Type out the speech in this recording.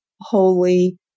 holy